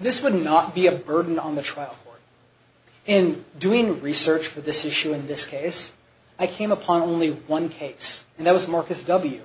this would not be a burden on the trial and doing research for this issue in this case i came upon only one case and that was marcus w